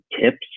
tips